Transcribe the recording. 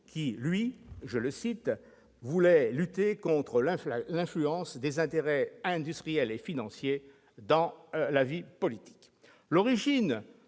qui, lui, voulait « lutter contre l'influence des intérêts industriels et financiers dans la vie politique ». L'origine